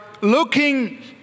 looking